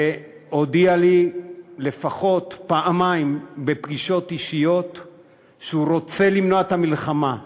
והודיע לי לפחות פעמיים בפגישות אישיות שהוא רוצה למנוע את המלחמה.